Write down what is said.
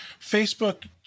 Facebook